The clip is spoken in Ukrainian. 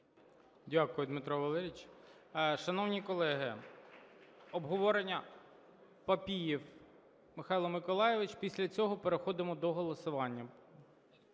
Дякую, Дмитро Валерійович. Шановні колеги, обговорення... Папієв Михайло Миколайович. Після цього переходимо до голосування.